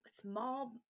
small